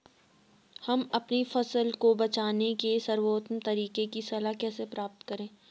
हम अपनी फसल को बचाने के सर्वोत्तम तरीके की सलाह कैसे प्राप्त करें?